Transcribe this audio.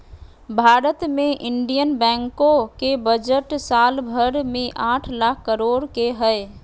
भारत मे इन्डियन बैंको के बजट साल भर मे आठ लाख करोड के हय